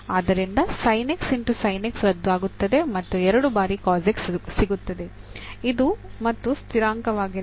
ಆದ್ದರಿಂದ sin x sin x ರದ್ದಾಗುತ್ತದೆ ಮತ್ತು ಎರಡು ಬಾರಿ cos x ಸಿಗುತ್ತದೆ ಇದು ಮತ್ತು ಸ್ಥಿರಾಂಕವಾಗಿಲ್ಲ